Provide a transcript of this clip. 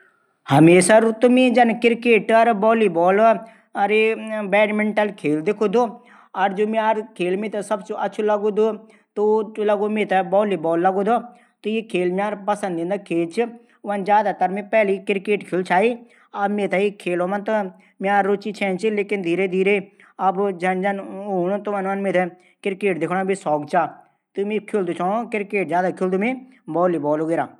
हमेशा त मि जन क्रिकेट बॉलीबाल बैडमिंटन खेल दिखूदू और जू सबसे अछू लगदू ऊ बॉलीबाल लगदू। पर वन मी ज्यादातर क्रिकेट खिलदू छाई।